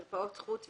מרפאות חוץ,